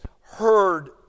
heard